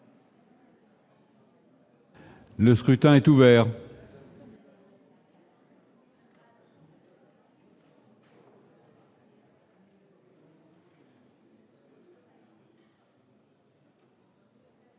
Le scrutin est ouvert.